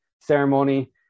ceremony